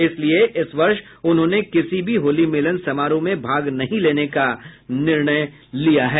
इसलिए इस वर्ष उन्होंने किसी भी होली मिलन समारोह में भाग नहीं लेने का निर्णय लिया है